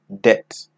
debt